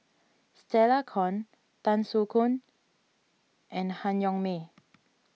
Stella Kon Tan Soo Khoon and Han Yong May